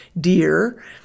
deer